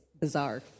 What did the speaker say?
bizarre